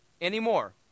anymore